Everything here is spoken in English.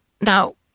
Now